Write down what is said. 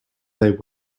they